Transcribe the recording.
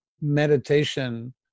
meditation